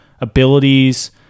abilities